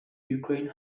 ukraine